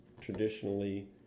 traditionally